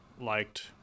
liked